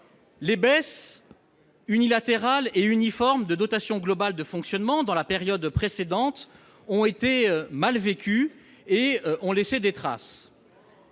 Les baisses unilatérales et uniformes de la dotation globale de fonctionnement dans la période précédente ont été mal vécues et ont laissé des traces.